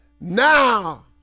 Now